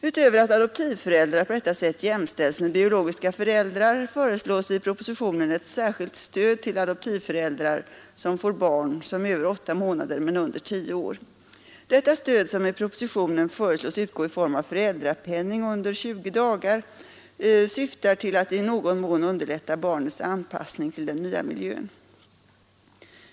Utöver att adoptivföräldrar på detta sätt jämställs med biologiska föräldrar föreslås i propositionen ett särskilt stöd till adoptivföräldrar som får barn som är över åtta månader men under tio år. Detta stöd, som i propositionen föreslås utgå i form av föräldrapenning under 20 dagar, syftar till att i någon mån underlätta barnets anpassning till den nya miljön.